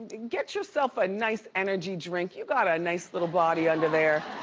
get yourself a nice energy drink, you got a nice little body under there.